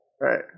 right